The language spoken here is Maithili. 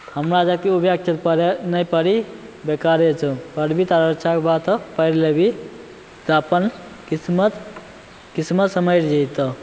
हमरा जकाँ उबै खेतपर नहि पढ़ही बेकारे छौ पढ़बही तऽ आओर अच्छाके बात हउ पढ़ि लेबही तऽ अपन किस्मत किस्मत सवरि जएतौ